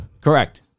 Correct